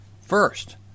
First